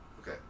Okay